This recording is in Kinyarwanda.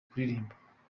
kuririmba